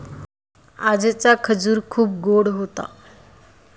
आजचा खजूर खूप गोड होता